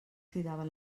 cridaven